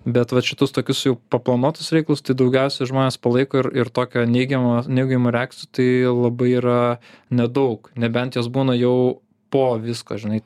bet vat šitus tokius jau paplanuotus reikalus daugiausiai žmonės palaiko ir tokio neigiamo neigiamų reakcijų tai labai yra nedaug nebent jos būna jau po visko žinai